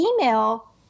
email